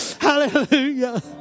Hallelujah